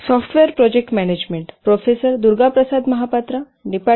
शुभ दुपार